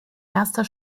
erster